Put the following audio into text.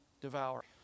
devour